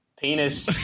Penis